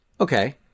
Okay